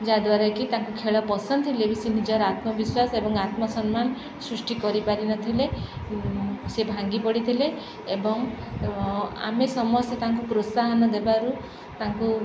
ଯାହାଦ୍ୱାରା କି ତାଙ୍କୁ ଖେଳ ପସନ୍ଦ ଥିଲେ ବି ସେ ନିଜର ଆତ୍ମବିଶ୍ୱାସ ଏବଂ ଆତ୍ମସମ୍ମାନ ସୃଷ୍ଟି କରିପାରି ନ ଥିଲେ ସେ ଭାଙ୍ଗି ପଡ଼ିଥିଲେ ଏବଂ ଆମେ ସମସ୍ତେ ତାଙ୍କୁ ପ୍ରୋତ୍ସାହନ ଦେବାରୁ ତାଙ୍କୁ